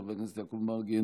חבר הכנסת יעקב מרגי,